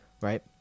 right